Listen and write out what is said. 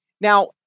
Now